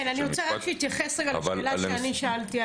אני רוצה שתתייחס רגע לשאלה שאני שאלתי,